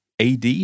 AD